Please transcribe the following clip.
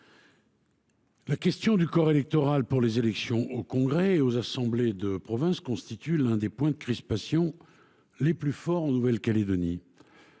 La question du corps électoral pour les élections au congrès et aux assemblées de province constitue l’un des points de crispation les plus forts en Nouvelle Calédonie.